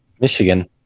Michigan